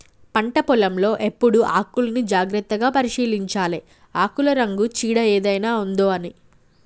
పంట పొలం లో ఎప్పుడు ఆకుల్ని జాగ్రత్తగా పరిశీలించాలె ఆకుల రంగు చీడ ఏదైనా ఉందొ అని